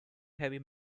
heavy